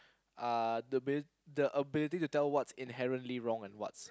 uh the abili~ the ability to tell what is inherently wrong and what's